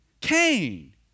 Cain